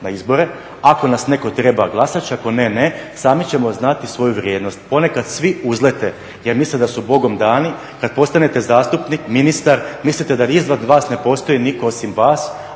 na izbore. Ako nas netko treba glasat će, ako ne ne, sami ćemo znati svoju vrijednost. Ponekad svi uzlete jer misle da su Bogom dani. Kad postanete zastupnik, ministar, mislite da iznad vas ne postoji nitko osim vas,